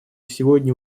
сегодня